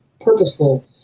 purposeful